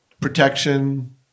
protection